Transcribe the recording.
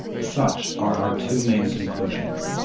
such are our two main conclusions.